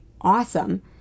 awesome